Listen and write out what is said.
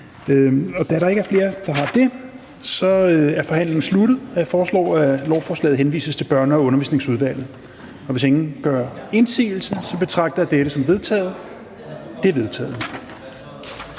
Da der ikke er flere, der har bedt om ordet, er forhandlingen sluttet. Jeg foreslår, at lovforslaget henvises til Erhvervsudvalget. Hvis ingen gør indsigelse, betragter jeg dette som vedtaget. Det er vedtaget.